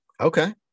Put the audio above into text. Okay